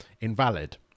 invalid